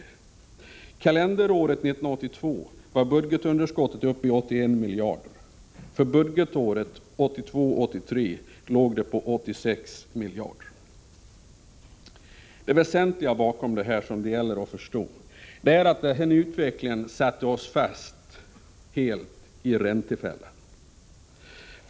Kalenderåret 1982 var budgetunderskottet uppe i 81 miljarder, och för budgetåret 1982/83 låg det på 86 miljarder. Det väsentliga bakom detta, som det gäller att förstå, är att den här utvecklingen satte oss helt fast i räntefällan.